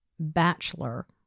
Bachelor